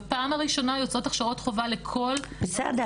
בפעם הראשונה יוצאות הכשרות חובה לכל --- בסדר,